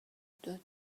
داد